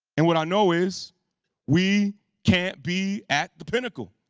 and what i know is we can't be at the pinnacle.